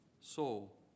soul